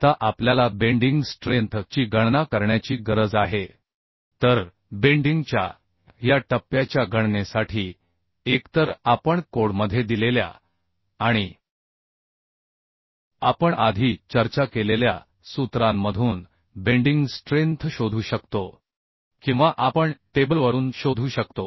आता आपल्याला bending strength ची गणना करण्याची गरज आहे तर बेंडिंग च्या या टप्प्याच्या गणनेसाठी एकतर आपण कोडमध्ये दिलेल्या आणि आपण आधी चर्चा केलेल्या सूत्रांमधून बेंडिंग स्ट्रेंथ शोधू शकतो किंवा आपण टेबलवरून शोधू शकतो